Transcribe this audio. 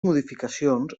modificacions